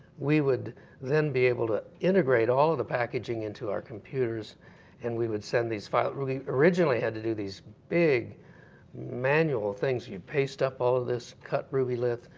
we would then be able to integrate all of the packaging into our computers and we would send these files. we originally had to do these big manual things, you'd paste up all of this, cut rubylith,